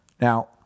Now